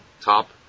top